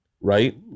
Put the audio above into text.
right